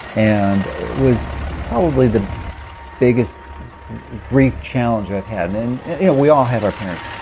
and it was probably the biggest grief challenge i've had. and you know we all have our parents,